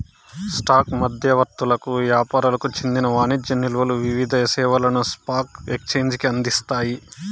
stock మధ్యవర్తులకు యాపారులకు చెందిన వాణిజ్య నిల్వలు వివిధ సేవలను స్పాక్ ఎక్సేంజికి అందిస్తాయి